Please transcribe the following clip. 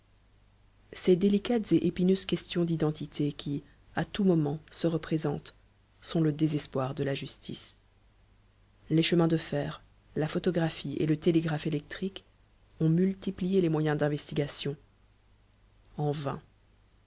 ces délicates et épineuses questions d'identité qui à tout moment se représentent sont le désespoir de la justice les chemins de fer la photographie et le télégraphe électrique ont multiplié les moyens d'investigation en vain